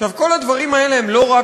עכשיו, כל הדברים האלה הם לא רק